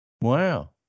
wow